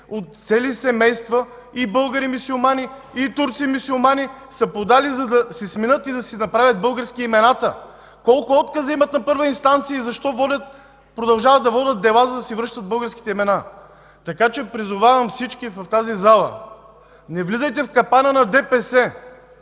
цели семейства и българи мюсюлмани, и турци мюсюлмани са подали, за да си сменят имената и да ги направят български. Колко откази на първа инстанция! И защо продължават да водят дела, за да си връщат българските имена?! Призовавам всички в тази зала – не влизайте в капана на ДПС!